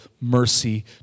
mercy